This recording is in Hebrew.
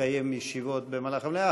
לקיים ישיבות בזמן המליאה.